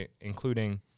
including